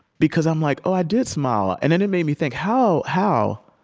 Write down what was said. because i'm like, oh, i did smile. and then it made me think, how, how,